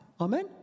Amen